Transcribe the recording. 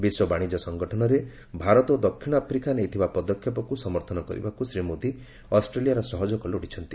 ବିଶ୍ୱ ବାଣିଜ୍ୟ ସଂଗଠନରେ ଭାରତ ଓ ଦକ୍ଷିଣ ଆଫ୍ରିକା ନେଇଥିବା ପଦକ୍ଷେପକୁ ସମର୍ଥନ କରିବାକୁ ଶ୍ରୀ ମୋଦୀ ଅଷ୍ଟ୍ରେଲିଆର ସହଯୋଗ ଲୋଡ଼ିଛନ୍ତି